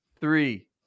three